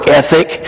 ethic